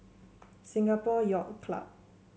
Singapore Yacht Club